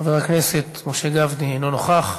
חבר הכנסת משה גפני, אינו נוכח.